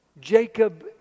Jacob